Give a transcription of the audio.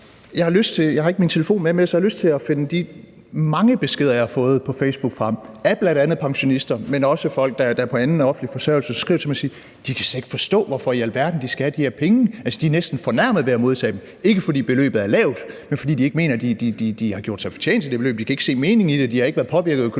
Jeg har ikke min telefon med, men jeg har lyst til at finde de mange beskeder af bl.a. pensionister, men også af folk, der er på anden offentlig forsørgelse, jeg har fået på Facebook, frem. De skriver til mig og siger, at de slet ikke kan forstå, hvorfor i alverden de skal have de her penge; altså, de er næsten fornærmet over at modtage dem, ikke fordi beløbet er lavt, men fordi de ikke mener, at de har gjort sig fortjent til det beløb. De kan ikke se meningen i det, og de har ikke været påvirket økonomisk